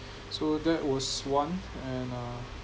so that was one and uh